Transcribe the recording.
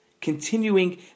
continuing